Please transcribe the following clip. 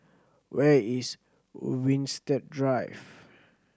where is Winstedt Drive